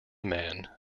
man